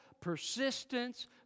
persistence